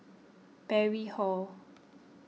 Parry Hall